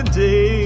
day